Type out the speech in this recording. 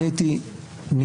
אני הייתי נמנע,